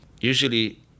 Usually